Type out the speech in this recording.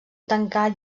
tancat